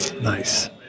Nice